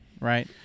right